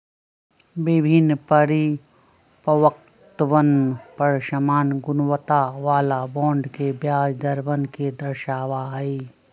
विभिन्न परिपक्वतवन पर समान गुणवत्ता वाला बॉन्ड के ब्याज दरवन के दर्शावा हई